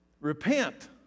repent